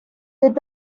did